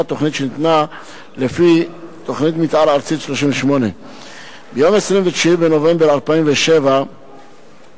תוכנית שניתנה לפי תוכנית מיתאר ארצית 38. ב-29 בנובמבר 2007 אושר